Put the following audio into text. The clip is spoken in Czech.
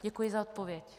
Děkuji za odpověď.